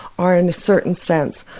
are in a certain sense,